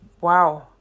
wow